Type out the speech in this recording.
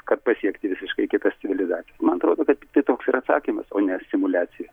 kad pasiekti visiškai kitas civilizacijas man atrodo kad tai toks ir atsakymas o ne simuliacija